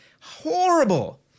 horrible